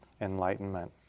enlightenment